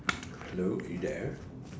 hello are you here